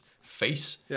face